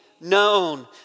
known